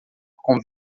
com